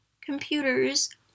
computers